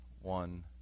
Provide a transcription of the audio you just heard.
one